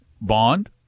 bond